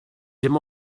dim